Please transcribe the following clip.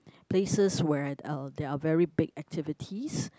places where uh there are very big activities